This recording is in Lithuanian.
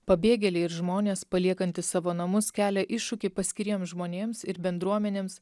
pabėgėliai ir žmonės paliekantys savo namus kelia iššūkį paskiriems žmonėms ir bendruomenėms